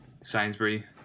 Sainsbury